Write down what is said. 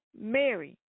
Mary